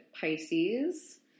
Pisces